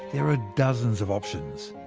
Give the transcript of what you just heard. there are dozens of options.